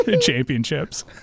championships